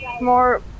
more